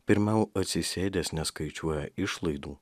pirmiau atsisėdęs neskaičiuoja išlaidų